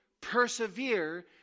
persevere